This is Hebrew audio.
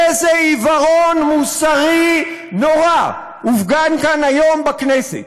איזה עיוורון מוסרי נורא הופגן כאן היום בכנסת.